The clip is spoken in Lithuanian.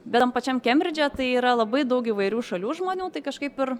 bet tam pačiam kembridže tai yra labai daug įvairių šalių žmonių tai kažkaip ir